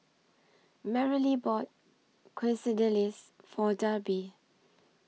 Merrilee bought Quesadillas For Darby